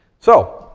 so,